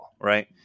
right